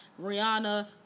rihanna